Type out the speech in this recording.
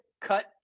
cut